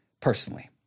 personally